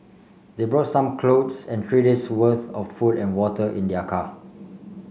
they brought some clothes and three days' worth of food and water in their car